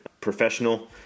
professional